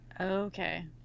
Okay